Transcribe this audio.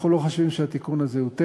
אנחנו לא חושבים שהתיקון הזה הוא טכני,